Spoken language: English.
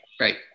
Right